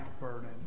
burden